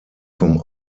vom